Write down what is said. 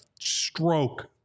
stroke